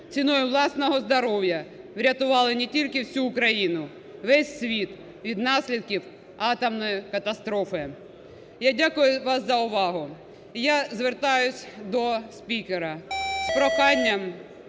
ціною власного здоров'я врятували не тільки всю Україну, весь світ від наслідків атомної катастрофи. Я дякую вам за увагу. Я звертаюся до спікера з прохання